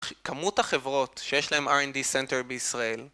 כמות החברות שיש להן R&D Center בישראל